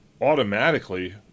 automatically